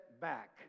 back